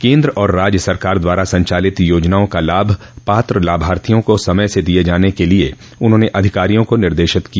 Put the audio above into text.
केन्द्र और राज्य सरकार द्वारा संचालित योजनाओं का लाभ पात्र लाभार्थियों को समय से दिये जाने के लिये उन्होंने अधिकारियों को निर्देशित किया